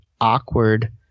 awkward